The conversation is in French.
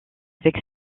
avec